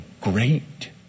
great